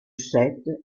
set